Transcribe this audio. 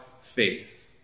faith